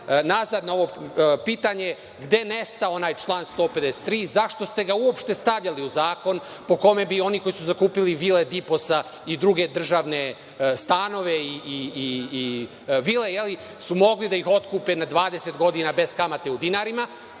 nazad na ovo pitanje – gde nesta onaj član 153? Zašto ste ga uopšte stavljali u zakon, po kome bi oni koji su zakupili vile i druge državne stanove su mogli da ih otkupe na 20 godina bez kamate u dinarima?